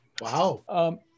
Wow